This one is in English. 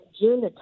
June